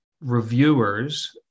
reviewers